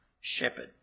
shepherd